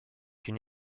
une